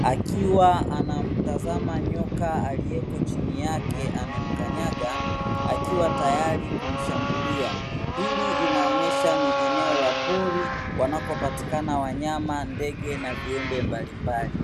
akiwa anammtazama nyoka aliyeko chini yake amemkanyaga, akiwa tayari kumshambulia. Hili inaonyesha ni eneo la pori wanapopatikana wanyama, ndege na viumbe mbalimbali.